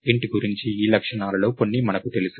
Int గురించి ఈ లక్షణాలలో కొన్ని మనకు తెలుసు